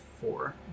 four